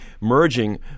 merging